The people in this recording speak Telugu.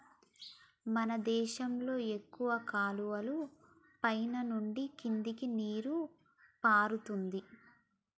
మన దేశంలో ఎక్కువ కాలువలు పైన నుండి కిందకి నీరు పారుతుంది